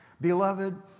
Beloved